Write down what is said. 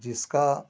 इसका